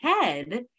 head